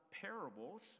parables